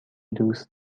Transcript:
دوست